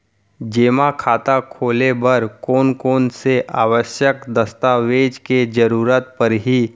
जेमा खाता खोले बर कोन कोन से आवश्यक दस्तावेज के जरूरत परही?